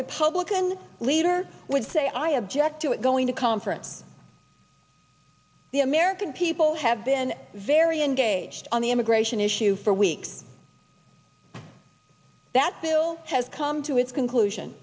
republican leader would say i object to it going to conference the american people have been very engaged on the immigration issue for weeks that bill has come to its conclusion